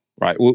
right